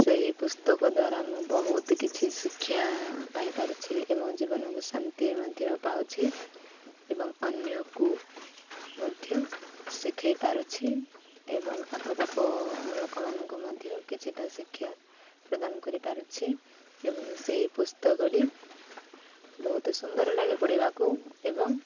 ସେହି ପୁସ୍ତକ ଦ୍ୱାରା ମୁଁ ବହୁତ କିଛି ଶିକ୍ଷା ପାଇପାରୁଛି ଏବଂ ଜୀବନକୁ ଶାନ୍ତି ମଧ୍ୟ ପାଉଛି ଏବଂ ଅନ୍ୟକୁ ମଧ୍ୟ ଶିଖେଇ ପାରୁଛି ଏବଂ ଆଖପାଖ ଲୋକମାନଙ୍କୁ ମଧ୍ୟ କିଛିଟା ଶିକ୍ଷା ପ୍ରଦାନ କରିପାରୁଛି ଏବଂ ସେହି ପୁସ୍ତକଟି ବହୁତ ସୁନ୍ଦର ଲାଗେ ପଢ଼ିବାକୁ ଏବଂ